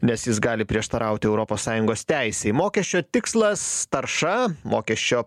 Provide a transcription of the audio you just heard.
nes jis gali prieštarauti europos sąjungos teisei mokesčio tikslas tarša mokesčio